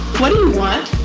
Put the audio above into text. what do you want?